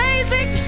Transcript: Amazing